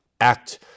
act